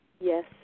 Yes